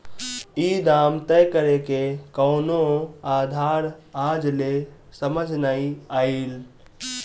ई दाम तय करेके कवनो आधार आज ले समझ नाइ आइल